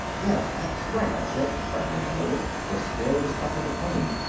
yeah, that's right, i said, brightening a little. there's still the stuff in the plane.